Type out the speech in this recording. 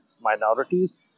minorities